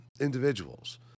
individuals